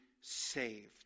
saved